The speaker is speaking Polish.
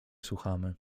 słuchamy